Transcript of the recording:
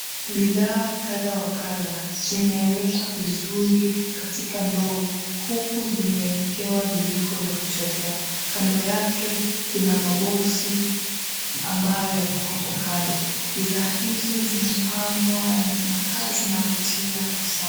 Bidhaa wa kadha kadha zimewekwa vizuri kwenye ndoo huku zimeekewa vijiko vya kuchotea kando yake kuna maboksi ambayo yako hapo kando bidhaa hizo zimepangwa na zinakaa zinavutia kwa sana.